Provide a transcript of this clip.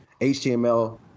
HTML